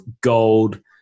gold